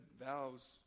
vows